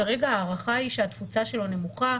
כרגע ההערכה היא שהתפוצה שלו נמוכה,